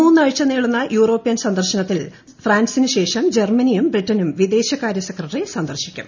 മൂന്നാഴ്ച നീളുന്ന യൂറോപ്യൻ സ്കന്ദർൾന്ത്തിൽ ഫ്രാൻസിന് ശേഷം ജർമ്മനിയും ബ്രിട്ടനും വിദ്ദേശകാരൃ സെക്രട്ടറി സന്ദർശിക്കും